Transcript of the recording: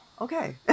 Okay